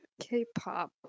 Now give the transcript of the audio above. k-pop